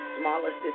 smallest